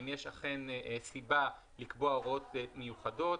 אם אכן יש סיבה לקבוע הוראות מיוחדות,